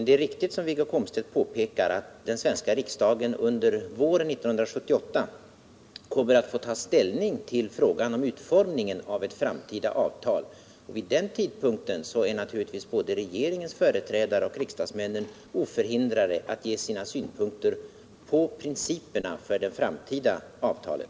Det är riktigt att den svenska riksdagen under våren 1978 kommer att få ta ställning till frågan om utformningen av ett framtida avtal. Vid den tidpunkten är naturligtvis både regeringens företrädare och riksdagsmännen oförhindrade att ge sina synpunkter på principerna för det framtida avtalet.